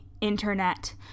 Internet